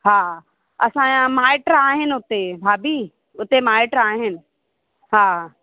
हा असांजा माइट आहिनि उते भाभी उते माइट आहिनि हा